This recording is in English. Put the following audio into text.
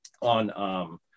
on